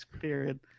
period